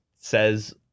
says